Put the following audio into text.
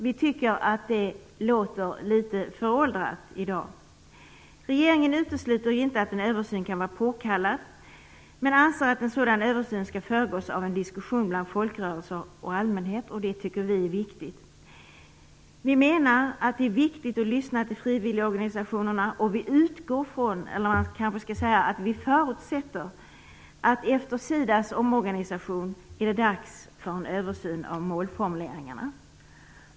Vi tycker att det låter litet föråldrat i dag. Regeringen utesluter inte att en översyn kan vara påkallad men anser att en sådan översyn skall föregås av en diskussion bland folkrörelser och allmänhet. Det tycker vi är viktigt. Vi menar att det är viktigt att lyssna till frivilligorganisationerna, och vi utgår från - eller man kanske snarare skall säga att vi förutsätter - att det efter SIDA:s omorganisation är dags för en översyn av målformuleringarna.